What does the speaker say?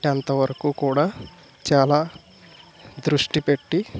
tenth వరకు కూడా చాలా దృష్టి పెట్టి